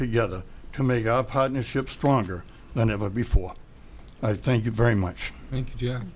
together to make up partnerships stronger than ever before i thank you very much